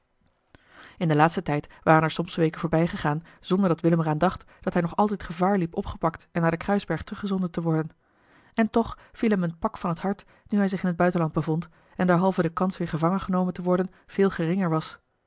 in den laatsten tijd waren er soms weken voorbijgegaan zonder dat willem er aan dacht dat hij nog altijd gevaar liep opgepakt en naar den kruisberg teruggezonden te worden en toch viel hem een pak van het hart nu hij zich in het buitenland bevond en derhalve de kans weer gevangen genomen te worden veel geringer was